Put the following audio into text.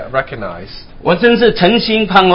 recognized